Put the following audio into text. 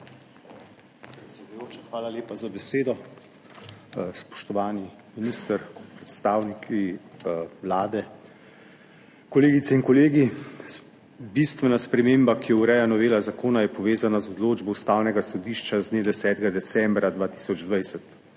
hvala lepa za besedo. Spoštovani minister, predstavniki Vlade, kolegice in kolegi! Bistvena sprememba, ki jo ureja novela zakona, je povezana z odločbo Ustavnega sodišča z dne 10. decembra 2020.